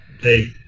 Hey